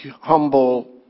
humble